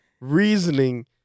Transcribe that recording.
reasoning